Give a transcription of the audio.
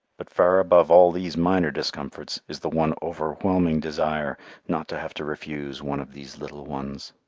but far above all these minor discomforts is the one overwhelming desire not to have to refuse one of these little ones.